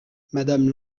madame